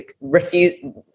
refuse